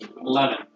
Eleven